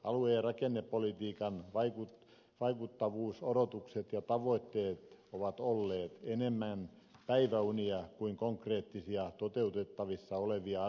alue ja rakennepolitiikan vaikuttavuusodotukset ja tavoitteet ovat olleet enemmän päiväunia kuin konkreettisia toteutettavissa olevia asioita